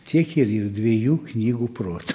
tiek ir yr dviejų knygų prot